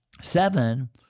seven